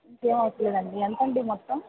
ఇంకేం వద్దులేండి ఎంతండి మొత్తం